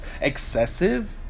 Excessive